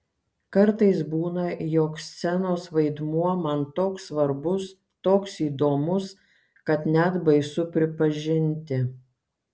kartais būna jog scenos vaidmuo man toks svarbus toks įdomus kad net baisu pripažinti